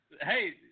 Hey